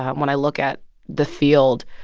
when i look at the field,